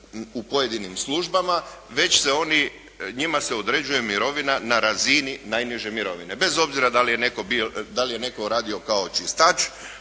u pojedinim službama već se oni, njima se određuje mirovina na razini najniže mirovine bez obzira da li je netko radio kao čistač